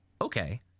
okay